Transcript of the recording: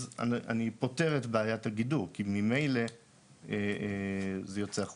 אז אני פותר את בעיית הגידור כי ממילא זה יוצא החוצה.